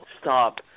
stop